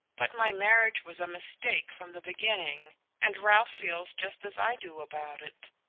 but my marriage was a mistake from the beginning and ralph feels just as i do about it.